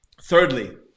Thirdly